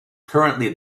currently